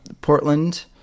Portland